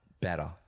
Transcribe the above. better